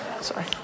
sorry